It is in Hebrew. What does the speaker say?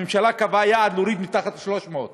הממשלה קבעה יעד להוריד מתחת ל-300,